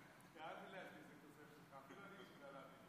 אלה שהנושא הזה לא מדבר אליהם בכיס יבינו את המילים שאני אומר.